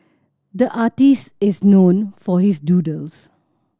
the artist is known for his doodles